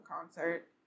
concert